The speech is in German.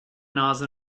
nase